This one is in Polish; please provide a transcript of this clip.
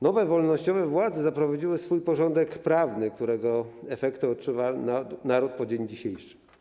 Nowe wolnościowe władze zaprowadziły swój porządek prawny, którego efekty odczuwa naród po dzień dzisiejszy.